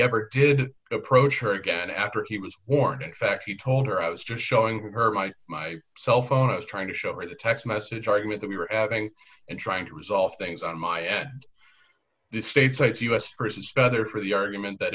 ever did approach her again after he was born in fact he told her i was just showing her by my cell phone i was trying to show her the text message argument that we were adding and trying to resolve things on my end the states like us chris is better for the argument that